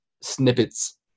snippets